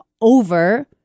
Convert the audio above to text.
over